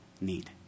need